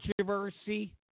Controversy